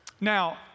Now